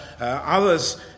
others